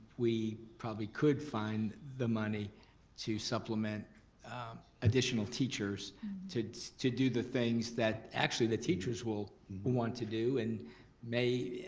we probably could find the money to supplement additional teachers to to do the things that actually the teachers will want to do and may